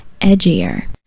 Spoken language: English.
edgier